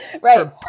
Right